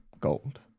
gold